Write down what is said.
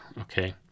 Okay